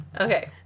Okay